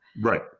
right